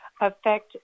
affect